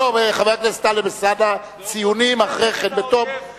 ההצעה להעביר את הצעת החוק לתיקון פקודת בתי-הסוהר (מניעת ביקורים),